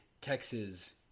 Texas